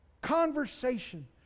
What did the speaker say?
Conversation